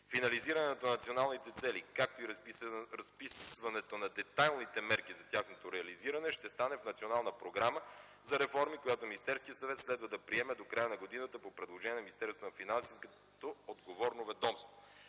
Финализирането на националните цели, както и разписването на детайлните мерки за тяхното реализиране ще стане в национална програма за реформи, която Министерският съвет следва да приеме до края на годината по предложение на Министерството на финансите, като отговорно ведомство.